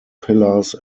pillars